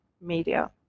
media